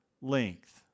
length